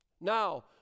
Now